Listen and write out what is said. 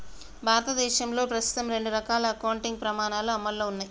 భారతదేశంలో ప్రస్తుతం రెండు రకాల అకౌంటింగ్ ప్రమాణాలు అమల్లో ఉన్నయ్